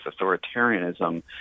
authoritarianism